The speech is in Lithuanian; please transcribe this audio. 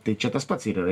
tai čia tas pats ir yra